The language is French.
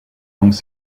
langues